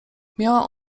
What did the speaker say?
miała